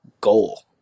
goal